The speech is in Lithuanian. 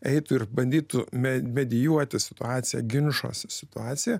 eitų ir bandytų medijuoti situaciją ginčuose situaciją